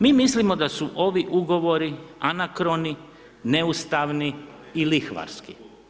Mi mislimo da su ovi ugovori anakroni, neustavni i lihvarski.